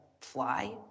fly